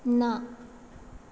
ना